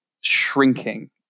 shrinking